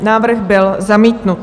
Návrh byl zamítnut.